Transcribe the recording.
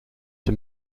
the